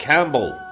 Campbell